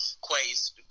Quay's